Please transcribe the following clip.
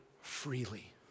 freely